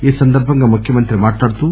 ఈసందర్భంగా ముఖ్యమంత్రి మాట్లాడుతూ